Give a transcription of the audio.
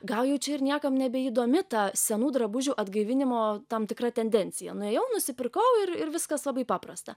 gal jau čia ir niekam nebeįdomi ta senų drabužių atgaivinimo tam tikra tendencija nuėjau nusipirkau ir ir viskas labai paprasta